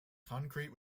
concrete